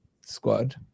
squad